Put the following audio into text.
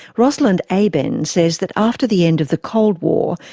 rosalind eyben says that after the end of the cold war,